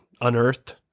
unearthed